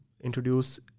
introduce